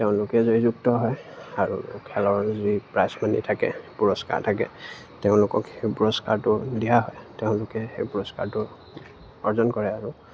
তেওঁলোকে জয়যুক্ত হয় আৰু খেলৰ যি প্ৰাইজ মানি থাকে পুৰস্কাৰ থাকে তেওঁলোকক সেই পুৰস্কাৰটো দিয়া হয় তেওঁলোকে সেই পুৰস্কাৰটো অৰ্জন কৰে আৰু